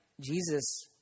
Jesus